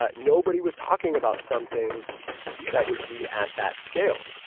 ah nobody was talking about something that would be at that scale.